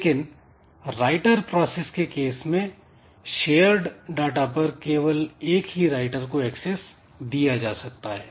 लेकिन writer process के case में शेयर्ड डाटा पर केवल एक ही राइटर को एक्सेस दिया जा सकता है